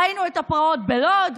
ראינו את הפרעות בלוד,